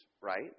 right